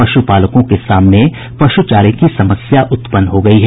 पशुपालकों के सामने पशु चारे की समस्या उत्पन्न हो गयी है